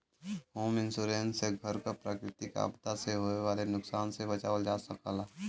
home insurance से घर क प्राकृतिक आपदा से होये वाले नुकसान से बचावल जा सकला